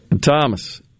Thomas